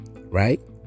Right